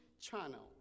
channel